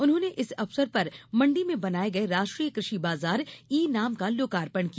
उन्होंने इस अवसर पर मंडी में बनाये गये राष्ट्रीय कृषि बाजार ई नाम का लोकार्पण किया